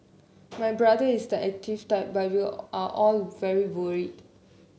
my brother is the active type but we are all very worried